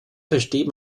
versteht